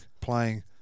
playing